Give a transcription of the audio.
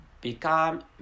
become